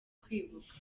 kwibuka